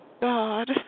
God